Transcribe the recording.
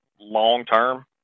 Long-term